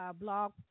blog